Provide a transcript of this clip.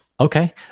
Okay